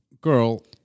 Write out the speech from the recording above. girl